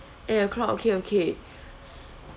eight o'clock okay okay